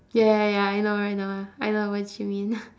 ya ya ya I know I know I know what you mean